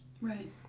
Right